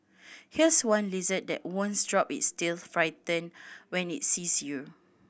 here's one lizard that won't drop its tail fright when it sees you